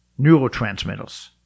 neurotransmitters